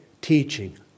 Teaching